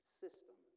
system